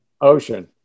ocean